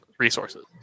resources